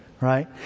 right